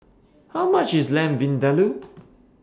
How much IS Lamb Vindaloo